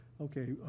Okay